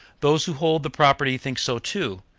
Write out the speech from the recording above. those who hold the property think so too,